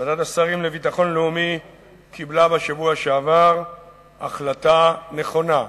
ועדת השרים לביטחון לאומי קיבלה בשבוע שעבר החלטה נכונה,